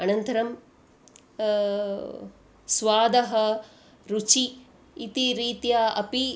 अनन्तरं स्वादः रुचिः इति रीत्या अपि